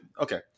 okay